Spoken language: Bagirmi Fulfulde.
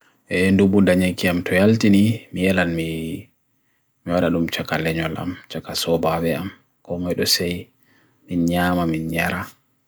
E ndubu ndanya kiam 12 ndini mielan me mioralum chakal enyolam, chakasobaviam, kongu edosei minyama minyara